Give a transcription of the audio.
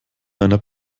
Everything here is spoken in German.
einer